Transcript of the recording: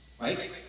Right